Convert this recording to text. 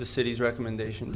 the city's recommendation